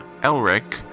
Elric